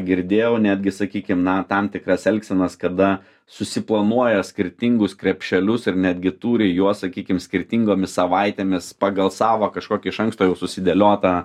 girdėjau netgi sakykim na tam tikras elgsenas kada susiplanuoja skirtingus krepšelius ir netgi turi juos sakykim skirtingomis savaitėmis pagal savo kažkokį iš anksto jau susidėliotą